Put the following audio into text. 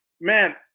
Man